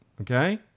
okay